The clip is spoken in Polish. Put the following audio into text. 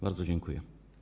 Bardzo dziękuję.